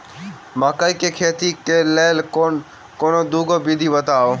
मकई केँ खेती केँ लेल कोनो दुगो विधि बताऊ?